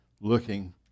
looking